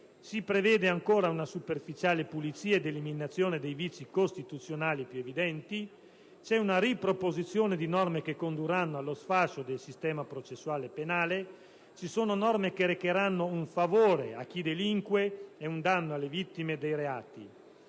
si prevede ancora una superficiale pulizia ed eliminazione dei vizi costituzionali più evidenti; c'è una riproposizione di norme che condurranno allo sfascio del sistema processuale penale e ci sono norme che recheranno un favore a chi delinque e un danno alle vittime dei reati.